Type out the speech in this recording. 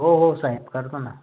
हो हो साहेब करतो ना